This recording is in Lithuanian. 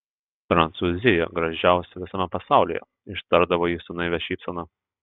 prancūzija gražiausia visame pasaulyje ištardavo ji su naivia šypsena